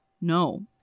No